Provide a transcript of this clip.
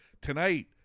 tonight